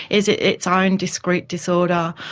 is it its own discreet disorder?